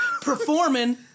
performing